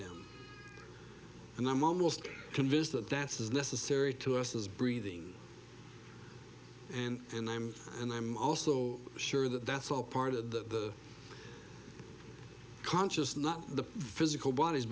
them and i'm almost convinced that that's is necessary to us as breathing in and i'm and i'm also sure that that's all part of the conscious not the physical bodies